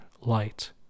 light